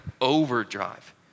overdrive